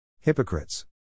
Hypocrites